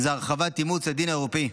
שזה הרחבת אימוץ הדין האירופי,